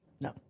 No